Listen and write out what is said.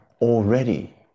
already